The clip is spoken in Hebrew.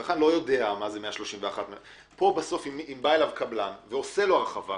הצרכן לא יודע מה זה 131. אם בא אליו קבלן ועושה לו הרחבה,